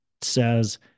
says